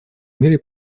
мире